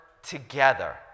together